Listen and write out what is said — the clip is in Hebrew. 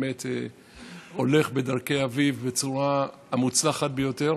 שהולך בדרכי אביו בצורה המוצלחת ביותר.